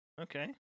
Okay